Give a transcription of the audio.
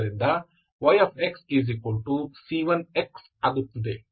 ಆದ್ದರಿಂದ yxc1x ಆಗುತ್ತದೆ